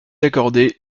accordée